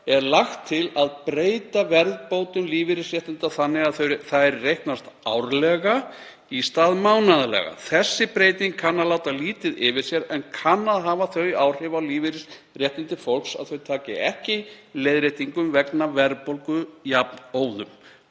er lagt til að breyta verðbótum lífeyrisréttinda þannig að þær reiknast árlega í stað mánaðarlega. Þessi breyting kann að láta lítið yfir sér en kann að hafa þau áhrif á lífeyrisréttindi fólks að þau taki ekki leiðréttingum vegna verðbólgu jafnóðum.